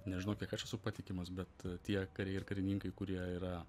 nežinau kiek aš esu patikimas bet tie kariai ir karininkai kurie yra